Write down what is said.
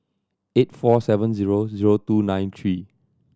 eight four seven zero zero two nine three